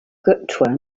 goodwin